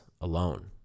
alone